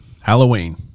Halloween